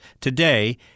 today